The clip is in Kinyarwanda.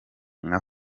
nka